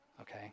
Okay